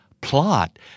plot